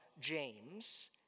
James